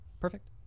perfect